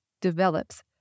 develops